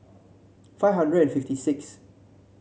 five hundred fifty sixth